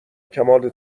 کمال